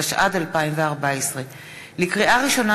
התשע"ד 2014. לקריאה ראשונה,